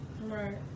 Right